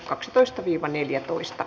kaksitoista neljätoista